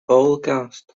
holocaust